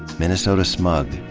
minnesota smug.